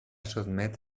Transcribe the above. sotmet